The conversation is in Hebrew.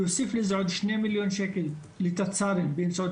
להוסיף לזה עוד שני מיליון שקל לתצה"רים באמצעות